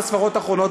ארבע הספרות האחרונות,